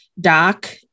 Doc